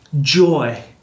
joy